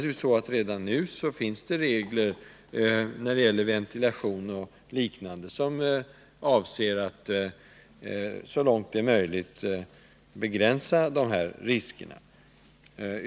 Redan nu finns det självfallet regler om ventilation och liknande ting, för att så långt det är möjligt begränsa dessa risker.